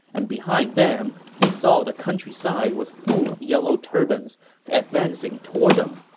and behind them they saw the countryside was full of yellow turbans advancing toward them.